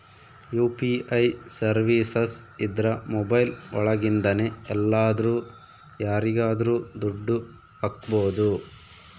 UPI services ಇದ್ರ mobile ಒಳಗಿಂದನೆ ಎಲ್ಲಾದ್ರೂ ಯಾರಿಗಾದ್ರೂ ದುಡ್ಡು ಹಕ್ಬೋದು